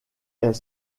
est